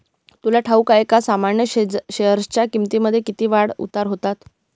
तुला ठाऊक आहे का सामान्य शेअरच्या किमतींमध्ये किती चढ उतार होतात